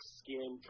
skin